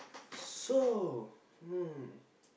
so hmm